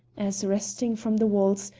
as, resting from the waltz,